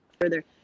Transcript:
further